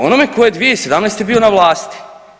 Onome tko je 2017. bio na vlasti.